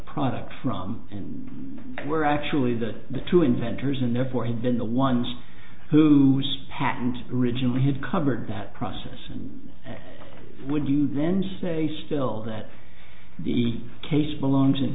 products from and were actually that the two inventors and therefore had been the ones whose patent originally had covered that process and would you then say still that the case belongs in